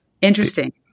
Interesting